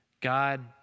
God